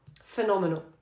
phenomenal